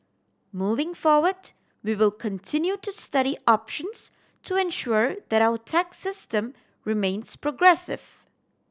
moving forward we will continue to study options to ensure that our tax system remains progressive